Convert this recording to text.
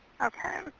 Okay